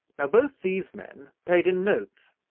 now, both these men paid in notes,